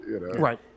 right